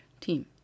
team